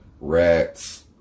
rats